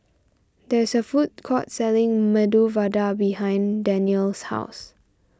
there is a food court selling Medu Vada behind Danyel's house